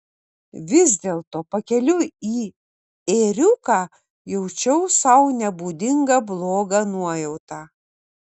vis dėlto pakeliui į ėriuką jaučiau sau nebūdingą blogą nuojautą